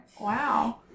Wow